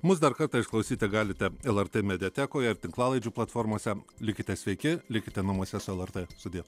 mus dar kartą išklausyti galite lrt mediatekoje tinklalaidžių platformose likite sveiki likite namuose su lrt sudie